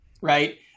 Right